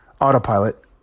Autopilot